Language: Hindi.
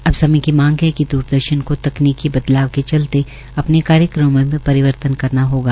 अब समय की मांग है कि तकनीकी बदलाव के चलते अपने कार्यक्रमों में परिवर्तन करना होगा